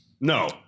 No